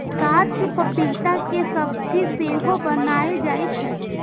कांच पपीता के सब्जी सेहो बनाएल जाइ छै